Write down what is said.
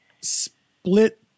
split